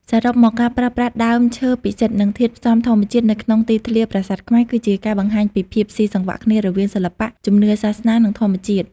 សរុបមក ការប្រើប្រាស់ដើមឈើពិសិដ្ឋ និងធាតុផ្សំធម្មជាតិនៅក្នុងទីធ្លាប្រាសាទខ្មែរ គឺជាការបង្ហាញពី ភាពស៊ីសង្វាក់គ្នារវាងសិល្បៈ ជំនឿសាសនា និងធម្មជាតិ។